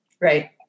right